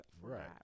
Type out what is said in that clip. right